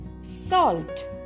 salt